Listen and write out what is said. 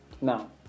Now